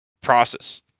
process